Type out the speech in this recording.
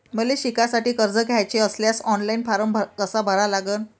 मले शिकासाठी कर्ज घ्याचे असल्यास ऑनलाईन फारम कसा भरा लागन?